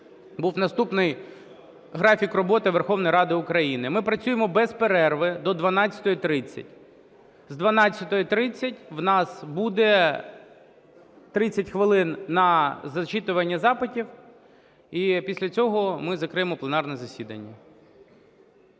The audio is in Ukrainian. був наступний графік роботи Верховної Ради України. Ми працюємо без перерви до 12:30. З 12:30 в нас буде 30 хвилин на зачитування запитів, і після цього ми закриємо пленарне засідання.